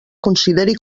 consideri